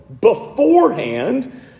beforehand